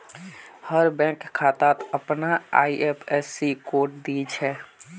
हर bank खातात अपनार IFSC code दि छे